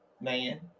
man